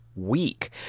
Week